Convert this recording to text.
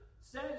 says